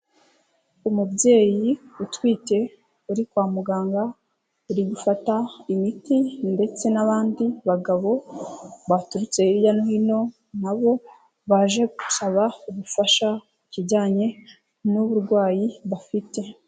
Umubyeyi utwite uri kwa muganga uri gufata imiti, ndetse n'abandi bagabo baturutse hirya no hino, nabo baje gusaba ubufasha ku kijyanye n'uburwayi bafite.